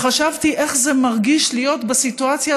וחשבתי איך זה מרגיש להיות בסיטואציה